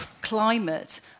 climate